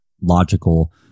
logical